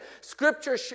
Scripture